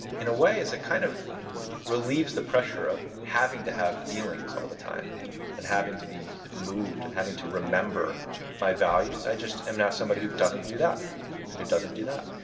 in a way, is it kind of relieves the pressure of having to have feelings all the time and having to be moved and having to remember my values. i just am now somebody who doesn't do that and who doesn't do that.